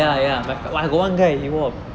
!wah!